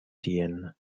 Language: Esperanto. tien